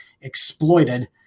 exploited